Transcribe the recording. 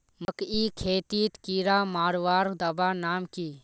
मकई खेतीत कीड़ा मारवार दवा नाम की?